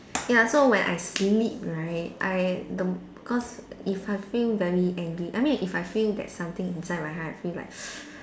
ya so when I sleep right I the because if I feel very angry I mean if I feel that something inside my heart I feel like